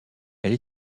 elle